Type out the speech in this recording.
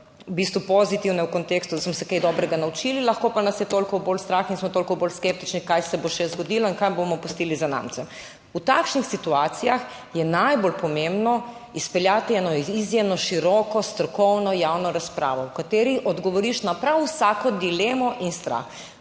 v bistvu pozitivne v kontekstu, da smo se kaj dobrega naučili, lahko pa nas je toliko bolj strah in smo toliko bolj skeptični, kaj se bo še zgodilo in kaj bomo pustili zanamcem. V takšnih situacijah je najbolj pomembno izpeljati eno izjemno široko strokovno javno razpravo, v kateri odgovoriš na prav vsako dilemo in strah,